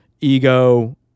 ego